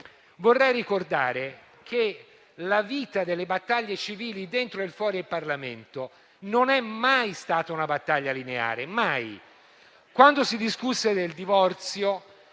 vorrei ricordare che la vita delle battaglie civili dentro e fuori il Parlamento non è mai stata lineare.